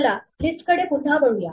चला लिस्ट कडे पुन्हा वळू या